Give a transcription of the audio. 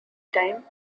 time